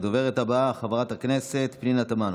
הדוברת הבאה, חברת הכנסת פנינה תמנו,